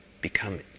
become